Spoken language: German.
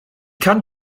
kann